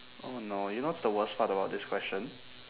oh no you know what's the worst part about this question